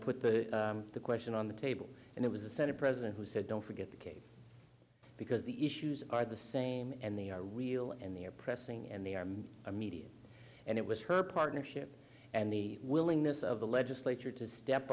put the question on the table and it was the senate president who said don't forget the case because the issues are the same and they are real and they are pressing and they are a media and it was her partnership and the willingness of the legislature to step